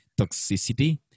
toxicity